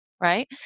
right